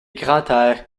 grantaire